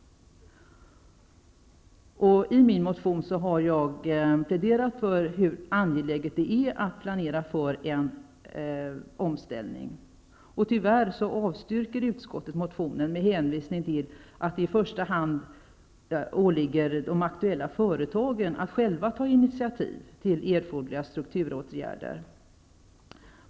I min motion har jag pläderat för hur angeläget det är att planera för en omställning. Tyvärr avstyrker utskottet motionen med hänvisning till att det i första hand åligger de aktuella företagen att själva ta initiativ till erforderliga strukturåtgärder.